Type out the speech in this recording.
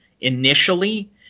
initially